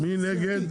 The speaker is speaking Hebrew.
מי נגד?